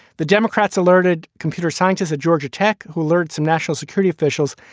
the democrats alerted computer scientists at georgia tech who learned some national security officials.